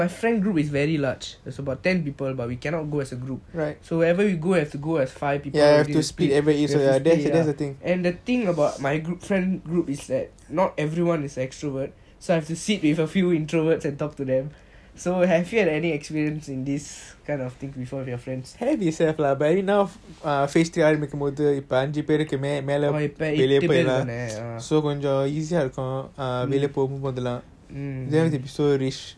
my friend group is very large is about ten people but we cannot go as a group so whenever we go have to go as five people have to split ya and the thing about my good friend group is that not everyone is extrovert so I have to sit with a few introverts and talk to them so have you had any experience in this kind of thing with some of your friends oh இப்போ எட்டு பெரு தான:ipo ettu peru thaana err mm mm